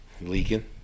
Leaking